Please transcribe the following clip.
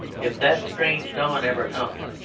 if that strange dawn ever comes,